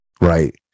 right